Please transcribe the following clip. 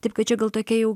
taip kad čia gal tokia jau